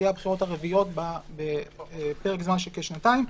אלה יהיו הבחירות הרביעיות בפרק זמן של כשנתיים,